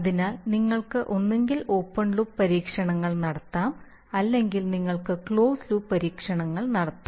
അതിനാൽ നിങ്ങൾക്ക് ഒന്നുകിൽ ഓപ്പൺ ലൂപ്പ് പരീക്ഷണങ്ങൾ നടത്താം അല്ലെങ്കിൽ നിങ്ങൾക്ക് ക്ലോസ്ഡ് ലൂപ്പ് പരീക്ഷണങ്ങൾ നടത്താം